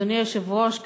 אדוני היושב-ראש,